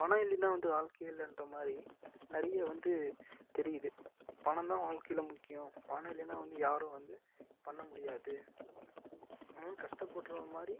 பணம் இல்லைன்னா வந்து வாழ்க்கையே இல்லைன்ற மாதிரி நிறைய வந்து தெரியிது பணம் தான் வாழ்க்கையில முக்கியம் பணம் இல்லைன்னா வந்து யாரும் வந்து பண்ண முடியாது ஆனாலும் கஷ்டப்பட்ற மாதிரி